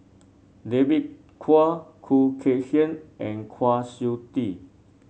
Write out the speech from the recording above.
David Kwo Khoo Kay Hian and Kwa Siew Tee